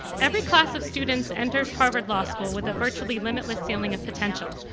every class of students enters harvard law school with a virtually limitless feeling of potential.